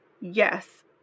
Yes